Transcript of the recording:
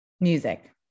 Music